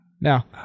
now